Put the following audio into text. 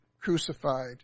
crucified